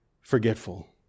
forgetful